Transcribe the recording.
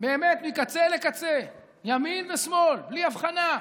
באמת מקצה לקצה, ימין ושמאל, בלי הבחנה,